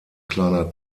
kleiner